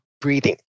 breathing